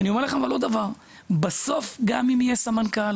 אני מאמין שגם השותפים שלנו